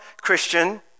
Christian